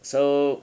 so